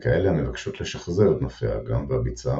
בהן כאלה המבקשות לשחזר את נופי האגם והביצה